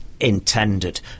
intended